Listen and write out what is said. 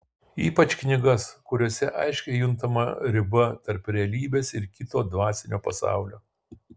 ypač knygas kuriose aiškiai juntama riba tarp realybės ir kito dvasinio pasaulio